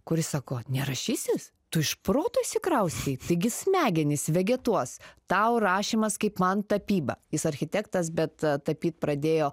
kuris sako nerašysis tu iš proto išsikraustei taigi smegenys vegetuos tau rašymas kaip man tapyba jis architektas bet tapyti pradėjo